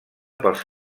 pels